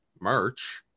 merch